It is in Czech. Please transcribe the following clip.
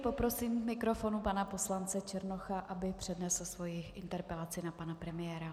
Poprosím k mikrofonu pana poslance Černocha, aby přednesl svoji interpelaci na pana premiéra.